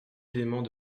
éléments